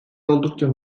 oldukça